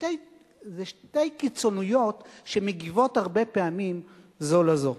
אלה שתי קיצוניויות שמגיבות הרבה פעמים זו לזו.